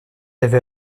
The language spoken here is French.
avait